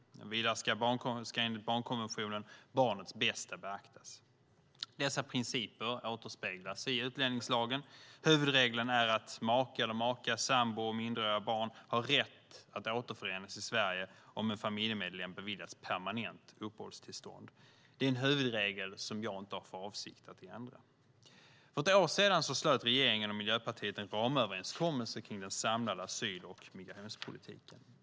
Vidare ska enligt barnkonventionen barnets bästa beaktas. Dessa principer återspeglas i utlänningslagen. Huvudregeln är att make eller maka, sambo och minderåriga barn har rätt att återförenas i Sverige om en familjemedlem beviljas permanent uppehållstillstånd. Det är en huvudregel som jag inte har för avsikt att ändra. För ett år sedan slöt regeringen och Miljöpartiet en ramöverenskommelse kring den samlade asyl och migrationspolitiken.